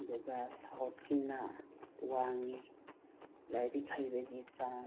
ꯑꯗꯨꯒ ꯁꯥꯎꯠꯀꯤꯅ ꯋꯥꯡꯉꯤ ꯂꯥꯏꯔꯤꯛ ꯍꯩꯕꯒꯤ ꯆꯥꯡ